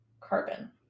carbon